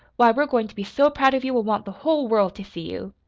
why, we're goin' to be so proud of you we'll want the whole world to see you.